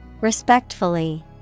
Respectfully